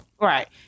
right